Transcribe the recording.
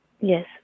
Yes